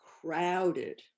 crowded